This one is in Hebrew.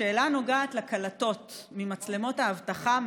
השאלה נוגעת לקלטות של האירוע ממצלמות האבטחה.